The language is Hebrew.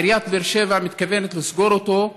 עיריית באר שבע מתכוונת לסגור אותו,